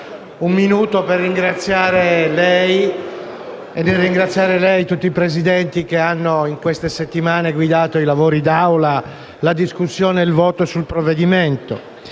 vorrei ringraziare lei e tutti i Presidenti che hanno in queste settimane guidato i lavori d'Aula, la discussione e il voto sul provvedimento.